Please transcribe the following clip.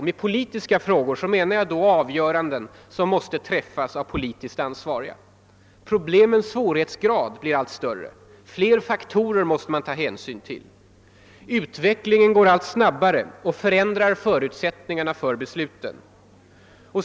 Med >»politiska» frågor menar jag avgöranden som måste träffas av politiskt ansvariga. Även problemens svårighetsgrad blir allt större. Man måste ta hänsyn till fler faktorer. Utvecklingen går allt snabbare och förändrar förutsättningarna för besluten.